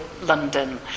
London